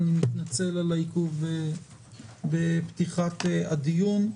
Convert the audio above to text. אני מתנצל על העיכוב בפתיחת הדיון.